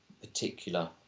particular